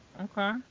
okay